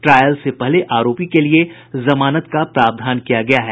trial से पहले आरोपी के लिए जमानत का प्रावधान किया गया है